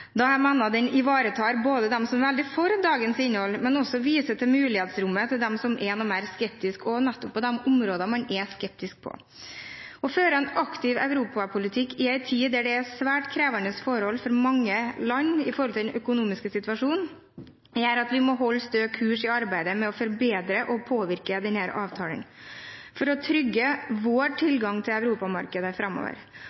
dem som er veldig for dagens innhold, men viser også mulighetsrommet for dem som er noe mer skeptiske, nettopp på de områdene der man er skeptisk. Å føre en aktiv europapolitikk i en tid da den økonomiske situasjonen for mange land er svært krevende, gjør at vi må holde stø kurs i arbeidet med å forbedre og påvirke avtalen for å trygge vår